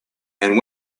and